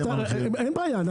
אין בעיה.